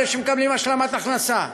אלה שמקבלים השלמת הכנסה,